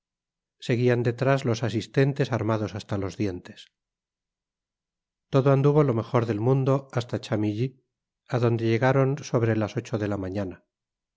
seguían detrás los asistentes armados hasta los dientes todo anduvo lo mejor del mundo hasta chamilly á donde llegaron sobre las ocho de la mañana